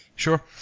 sure.